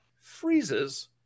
freezes